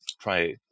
try